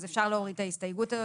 אז אפשר להוריד את ההסתייגות הזאת,